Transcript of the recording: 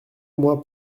moi